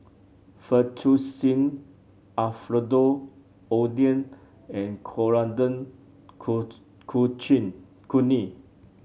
Fettuccine Alfredo Oden and Coriander Chutney